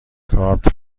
کارت